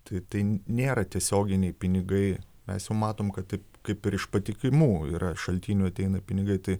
tai tai nėra tiesioginiai pinigai mes jau matom kad taip kaip ir iš patikimų šaltinių ateina pinigai tai